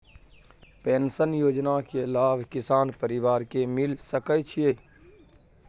Pension योजना के लाभ किसान परिवार के मिल सके छिए?